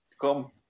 come